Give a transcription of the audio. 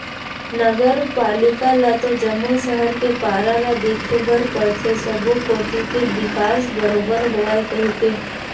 नगर पालिका ल तो जम्मो सहर के पारा ल देखे बर परथे सब्बो कोती के बिकास बरोबर होवय कहिके